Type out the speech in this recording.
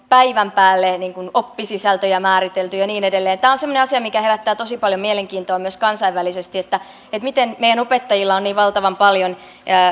päivän päälle oppisisältöjä määritelty ja niin edelleen tämä on semmoinen asia mikä herättää tosi paljon mielenkiintoa myös kansainvälisesti miten meidän opettajilla on niin valtavan paljon